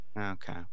Okay